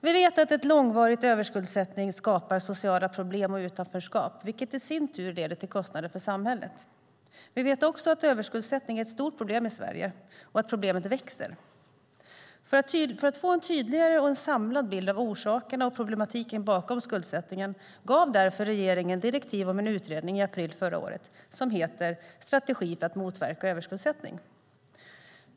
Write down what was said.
Vi vet att långvarig överskuldsättning skapar sociala problem och utanförskap, vilket i sin tur leder till kostnader för samhället. Vi vet också att överskuldsättning är ett stort problem i Sverige och att problemet växer. För att få en tydligare och samlad bild av orsakerna och problematiken bakom skuldsättningen gav regeringen i april förra året direktiv till en utredning som heter Strategi för att motverka överskuldsättning.